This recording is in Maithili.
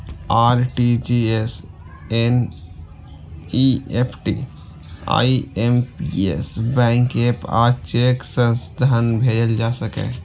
RTGS, NEFT, IMPS, bank app आ चेक सं धन भेजल जा सकैए